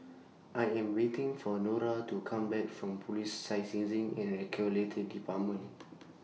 I Am waiting For Nora to Come Back from Police Licensing and Regulatory department